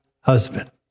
husband